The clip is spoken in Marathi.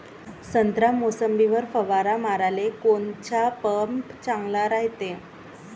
संत्रा, मोसंबीवर फवारा माराले कोनचा पंप चांगला रायते?